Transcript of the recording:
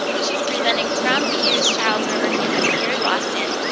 she's presenting from bu's charles river campus here in boston,